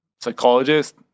psychologist